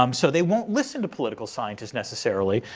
um so they won't listen to political scientists necessarily,